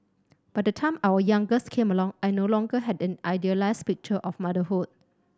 by the time our youngest came along I no longer had an idealised picture of motherhood